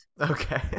Okay